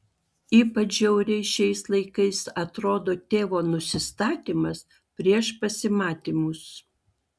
ypač žiauriai šiais laikais atrodo tėvo nusistatymas prieš pasimatymus